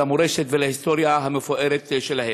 למורשת ולהיסטוריה המפוארת שלהם.